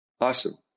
Awesome